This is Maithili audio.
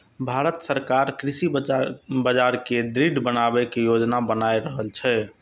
भांरत सरकार कृषि बाजार कें दृढ़ बनबै के योजना बना रहल छै